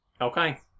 Okay